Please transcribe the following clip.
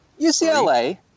UCLA